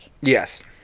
Yes